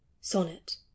Sonnet